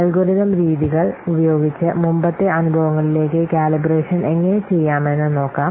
algorithm രീതികൾ ഉപയോഗിച്ച് മുമ്പത്തെ അനുഭവങ്ങളിലേക്ക് കാലിബ്രേഷൻ എങ്ങനെ ചെയ്യാമെന്ന് നോക്കാം